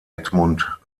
edmund